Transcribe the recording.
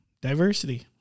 Diversity